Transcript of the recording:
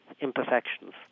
imperfections